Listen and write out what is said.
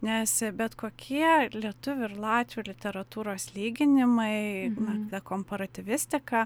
nes bet kokie lietuvių ir latvių literatūros lyginimai na ta komparatyvistika